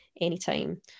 anytime